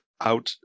out